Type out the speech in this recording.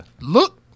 Look